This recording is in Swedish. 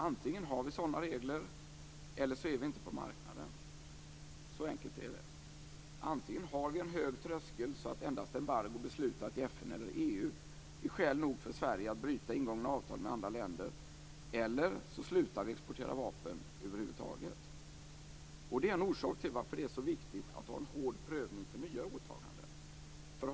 Antingen har vi sådana regler eller också finns vi inte med på marknaden. Så enkelt är det. Antingen har vi en så hög tröskel att endast embargo beslutat i FN eller EU är skäl nog för Sverige att bryta ingångna avtal med andra länder eller också slutar vi att exportera vapen över huvud taget. Det är en orsak till att det är så viktigt att ha en hård prövning vid nya åtaganden.